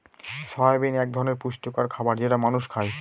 soybean এক ধরনের পুষ্টিকর খাবার যেটা মানুষ খায়